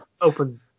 Open